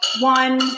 one